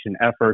efforts